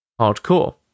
Hardcore